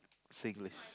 Singlish